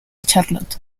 charlot